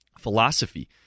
philosophy